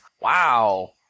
Wow